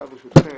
ברשותכם,